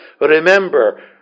Remember